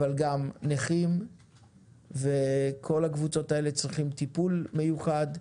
אבל גם נכים וכל הקבוצות האלה צריכות טיפול מיוחד,